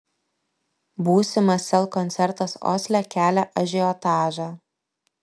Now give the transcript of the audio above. būsimas sel koncertas osle kelia ažiotažą